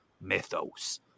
mythos